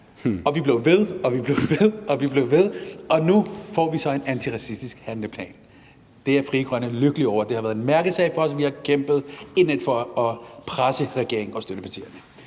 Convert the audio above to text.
handlingsplaner. Vi blev ved, og vi blev ved, og nu får vi så en antiracistisk handleplan. Det er Frie Grønne lykkelige over. Det har været en mærkesag for os, og vi har kæmpet indædt for at presse regeringen og dens støttepartier.